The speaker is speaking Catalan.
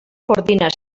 coordina